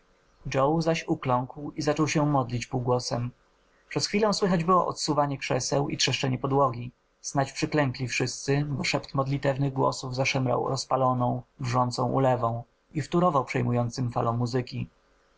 zaś ukląkł i zaczął się modlić półgłosem przez chwilę słychać było odsuwanie krzeseł i trzeszczenie podłogi snać przyklękli wszyscy bo szept modlitewnych głosów zaszemrał rozpaloną wrzącą ulewą i wtórował przejmującym falom muzyki